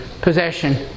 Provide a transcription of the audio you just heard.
possession